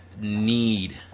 need